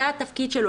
זה תפקידו,